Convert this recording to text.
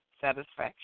satisfaction